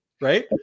Right